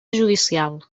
judicial